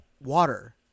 water